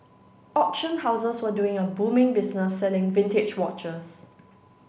auction houses were doing a booming business selling vintage watches